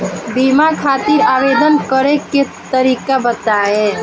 बीमा खातिर आवेदन करे के तरीका बताई?